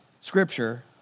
Scripture